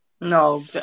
No